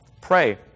pray